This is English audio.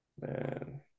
Man